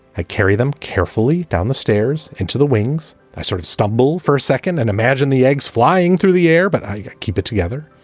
i carry them carefully down the stairs, into the wings. i sort of stumble for a second and imagine the eggs flying through the air. but i keep it together.